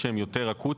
ההיגיון?